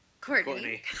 Courtney